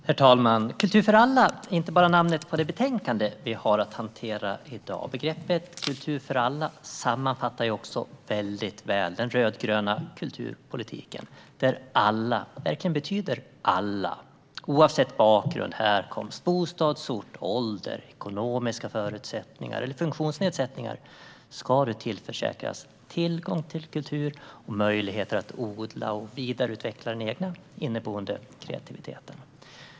Herr talman! Kultur för alla är inte bara namnet på det betänkande som vi har att hantera i dag. Begreppet kultur för alla sammanfattar också väldigt väl den rödgröna kulturpolitiken, där alla verkligen betyder alla. Oavsett bakgrund, härkomst, bostadsort, ålder, ekonomiska förutsättningar eller funktionsnedsättningar ska du tillförsäkras tillgång till kultur och möjligheter att odla och vidareutveckla den egna inneboende kreativiteten.